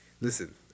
listen